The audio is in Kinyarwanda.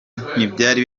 ntibyari